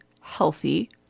healthy